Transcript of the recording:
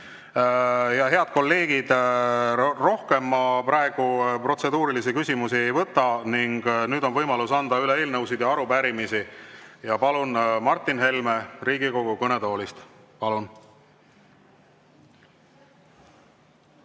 Head kolleegid, rohkem ma praegu protseduurilisi küsimusi ei võta ning nüüd on võimalus anda üle eelnõusid ja arupärimisi. Palun Martin Helme Riigikogu kõnetooli.